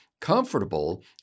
comfortable